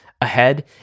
ahead